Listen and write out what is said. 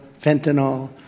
fentanyl